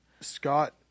Scott